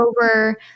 over